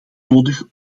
nodig